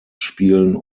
spielen